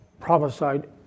prophesied